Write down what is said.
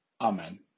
Amen